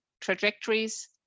trajectories